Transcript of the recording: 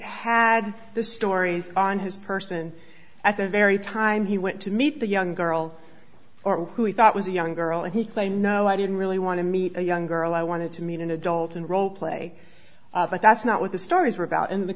had the stories on his person at the very time he went to meet the young girl or who he thought was a young girl and he claimed no i didn't really want to meet a young girl i wanted to meet an adult and role play but that's not what the stories were about